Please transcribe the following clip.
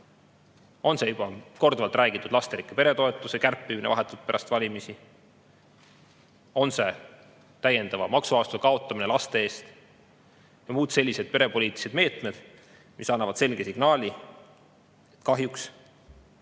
On see juba korduvalt räägitud lasterikka pere toetuse kärpimine vahetult pärast valimisi, on see täiendava maksusoodustuse kaotamine laste eest ja muud sellised perepoliitilised meetmed – need annavad selge signaali, et kahjuks,